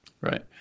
Right